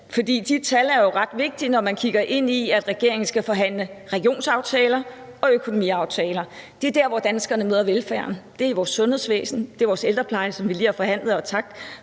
For de tal er jo ret vigtige, når man kigger ind i, at regeringen skal forhandle regionsaftaler og økonomiaftaler. Det er der, hvor danskerne møder velfærden. Det er vores sundhedsvæsen. Det er vores ældrepleje, som vi lige har forhandlet om –